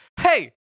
Hey